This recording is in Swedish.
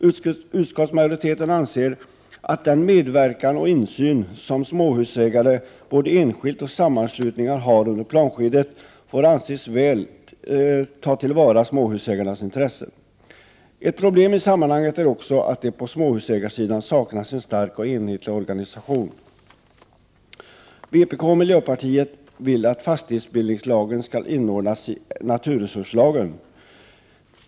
Utskottsmajoriteten anser att den medverkan och insyn som småhusägare både enskilt och i sammanslutningar har under planskedet får anses väl tillvarata småhusägarnas intressen. Ett problem i sammanhanget är också att det på småhusägarsidan saknas en stark och enhetlig organisation. Vpk och miljöpartiet vill att fastighetsbildningslagen skall inordnas i naturresurslagen .